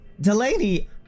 Delaney